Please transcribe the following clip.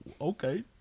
okay